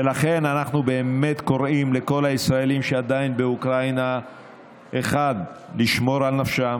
ולכן אנחנו באמת קוראים לכל הישראלים שעדיין באוקראינה לשמור על נפשם.